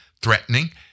threatening